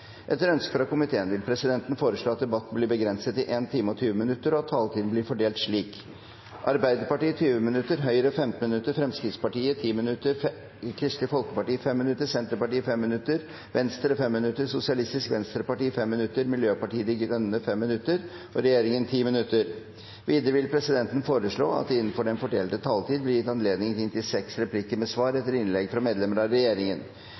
Etter ønske fra utenriks- og forsvarskomiteen vil presidenten foreslå at debatten blir begrenset til 1 time og 20 minutter, og at taletiden blir fordelt slik: Arbeiderpartiet 20 minutter, Høyre 15 minutter, Fremskrittspartiet 10 minutter, Kristelig Folkeparti 5 minutter, Senterpartiet 5 minutter, Venstre 5 minutter, Sosialistisk Venstreparti 5 minutter, Miljøpartiet De Grønne 5 minutter og regjeringen 10 minutter. Videre vil presidenten foreslå at det – innenfor den fordelte taletid – blir gitt anledning til replikkordskifte på inntil seks replikker med svar etter innlegg fra medlemmer av regjeringen.